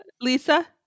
Lisa